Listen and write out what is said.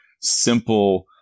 simple